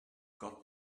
got